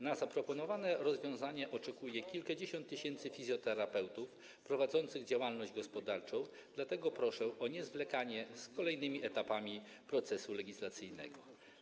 Na zaproponowane rozwiązanie oczekuje kilkadziesiąt tysięcy fizjoterapeutów prowadzących działalność gospodarczą, dlatego proszę o niezwlekanie z kolejnymi etapami procesu legislacyjnego.